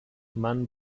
man